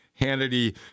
Hannity